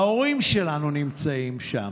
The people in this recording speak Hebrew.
ההורים שלנו נמצאים שם.